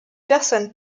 personnes